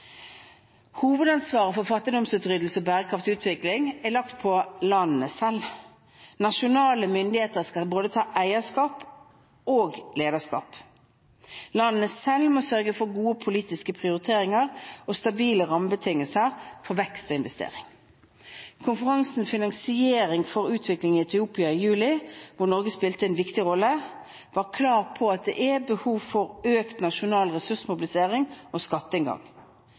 Hovedansvaret for fattigdomsutryddelse og bærekraftig utvikling er lagt på landene selv. Nasjonale myndigheter skal ta både eierskap og lederskap. Landene selv må sørge for gode politiske prioriteringer og stabile rammebetingelser for vekst og investering. Konferansen om Finansiering for utvikling i Etiopia i juli – hvor Norge spilte en viktig rolle – var klar på at det er behov for økt nasjonal ressursmobilisering og skatteinngang.